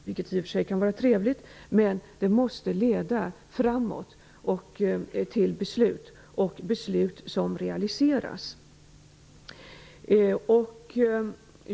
Det kan i och för sig vara trevligt, men det måste leda framåt till beslut som realiseras.